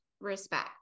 respect